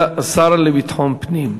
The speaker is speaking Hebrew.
השר לביטחון פנים,